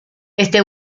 este